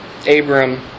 Abram